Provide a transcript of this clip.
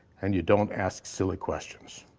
and you don't ask silly questions.